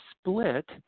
split